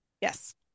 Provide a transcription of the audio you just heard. yes